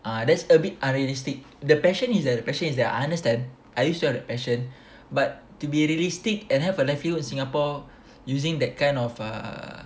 ah that's a bit unrealistic the passion is uh actually is that I understand I used to have that passion but to be realistic and have a livelihood in Singapore using that kind of err